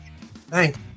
Thanks